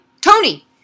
Tony